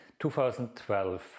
2012